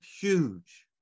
huge